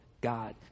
God